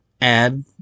add